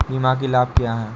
बीमा के लाभ क्या हैं?